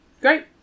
Great